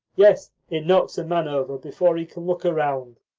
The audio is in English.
yes, it knocks a man over before he can look around.